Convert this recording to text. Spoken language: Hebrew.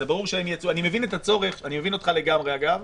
אני מבין אותך לגמרי, אגב,